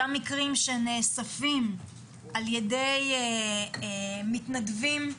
אותם מקרים שנאספים על-ידי מתנדבים,